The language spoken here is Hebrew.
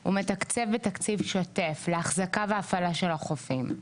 הוא מתקצב בתקציב שוטף לאחזקה והפעלה של החופים.